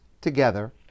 together